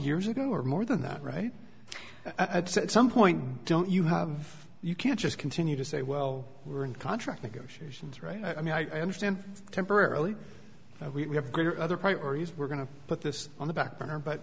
years ago or more than that right at some point don't you have you can just continue to say well we're in contract negotiations right now i mean i understand temporarily we have other priorities we're going to put this on the back burner but